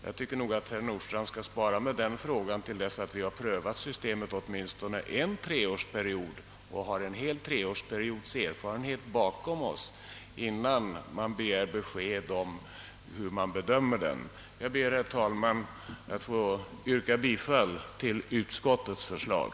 Jag tycker nog att herr Nordstrandh skall spara den frågan tills vi har prövat systemet åtminstone under en treårsperiod och har en hel treårsperiods erfarenhet bakom oss, innan han begär besked om hur man bedömer det. Jag ber, herr talman, att få yrka bifall till utskottets förslag.